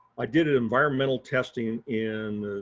i did an environmental testing in,